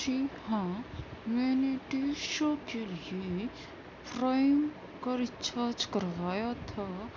جی ہاں میں نے ٹی وی شو کے لیے پرائم کا ریچارج کرایا تھا